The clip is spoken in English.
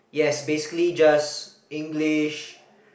yes basically just English